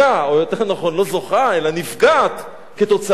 או יותר נכון לא זוכה אלא נפגעת כתוצאה מזה.